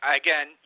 again